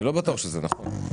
אני לא בטוח שזה נכון.